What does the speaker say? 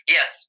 Yes